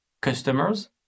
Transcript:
customers